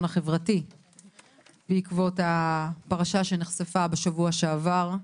החברתי בעקבות הפרשה שנחשפה שבוע שעבר,